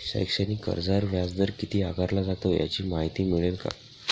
शैक्षणिक कर्जावर व्याजदर किती आकारला जातो? याची माहिती मिळेल का?